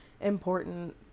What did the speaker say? important